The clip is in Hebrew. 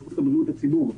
בריאות הציבור,